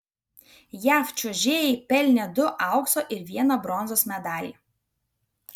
jav čiuožėjai pelnė du aukso ir vieną bronzos medalį